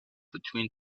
between